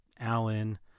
Allen